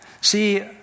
See